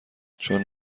چون